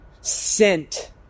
sent